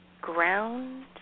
ground